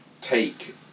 take